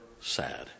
sad